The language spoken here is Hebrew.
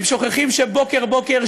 הם שוכחים שבוקר-בוקר,